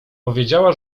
powiedziała